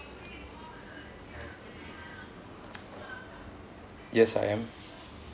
yes I am